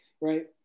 right